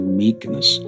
meekness